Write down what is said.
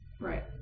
right